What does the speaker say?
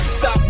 stop